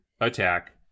attack